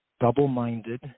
double-minded